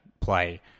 play